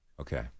Okay